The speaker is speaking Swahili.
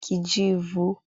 kijivu.